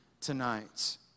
tonight